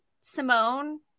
Simone